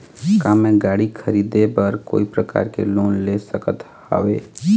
का मैं गाड़ी खरीदे बर कोई प्रकार के लोन ले सकत हावे?